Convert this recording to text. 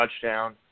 touchdown